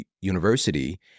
university